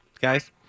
guys